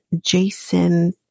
Jason